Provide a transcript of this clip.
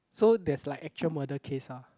so there's like actual murder case ah